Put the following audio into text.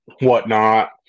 whatnot